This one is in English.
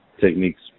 techniques